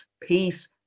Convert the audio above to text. Peace